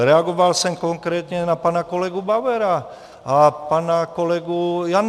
Reagoval jsem konkrétně na pana kolegu Bauera a pana kolegu Jandu.